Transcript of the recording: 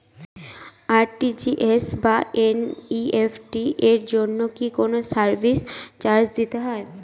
RTGS বা NEFT এর জন্য কি কোনো সার্ভিস চার্জ দিতে হয়?